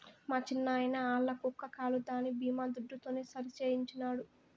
మా చిన్నాయిన ఆల్ల కుక్క కాలు దాని బీమా దుడ్డుతోనే సరిసేయించినాడు